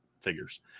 figures